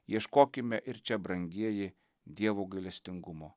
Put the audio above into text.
ieškokime ir čia brangieji dievo gailestingumo